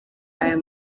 aya